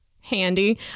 handy